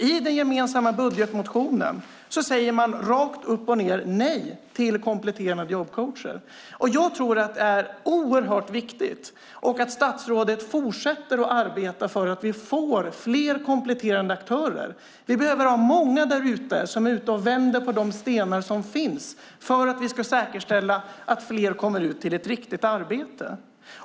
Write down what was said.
I den gemensamma budgetmotionen säger de rakt upp och ned nej till kompletterande jobbcoacher. Jag tror att det är oerhört viktigt att statsrådet fortsätter att arbeta för att vi får fler kompletterande aktörer. Vi behöver ha många därute som är ute och vänder på de stenar som finns, för att vi ska kunna säkerställa att fler kommer ut till ett riktigt arbete.